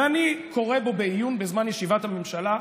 ואני קורא בו בעיון בזמן ישיבת הממשלה,